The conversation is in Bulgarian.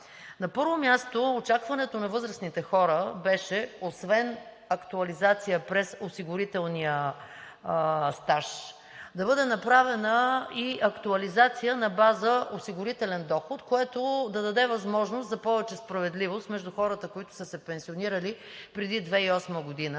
На първо място, очакванията на възрастните хора беше освен актуализация през осигурителния стаж да бъде направена и актуализация на база осигурителен доход, което да даде възможност за повече справедливост между хората, които са се пенсионирали преди 2008 г.